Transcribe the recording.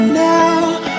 now